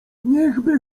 niechby